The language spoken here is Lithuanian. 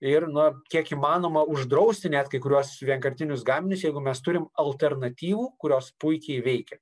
ir na kiek įmanoma uždrausti net kai kuriuos vienkartinius gaminius jeigu mes turim alternatyvų kurios puikiai veikia